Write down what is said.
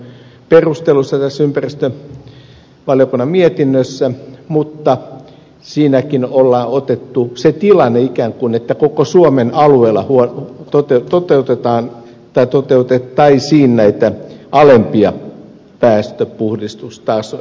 se on ympäristövaliokunnan mietinnön perusteluissa mutta siinäkin on otettu ikään kuin se tilanne että koko suomen alueella toteutettaisiin näitä alempia päästöpuhdistustasoja